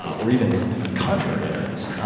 or even contrary evidence.